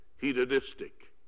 hedonistic